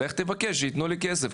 לך תבקש שיתנו לי כסף,